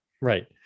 Right